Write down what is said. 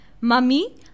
Mummy